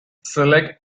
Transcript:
select